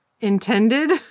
intended